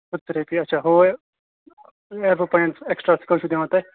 اکھ ہتھ ترٛےٚ رۅپیہِ ہُوے ایرو پواینٛٹ ایٚکسٹرا کٔژھ چھِو دِوان تُہۍ